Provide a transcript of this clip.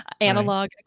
Analog